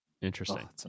Interesting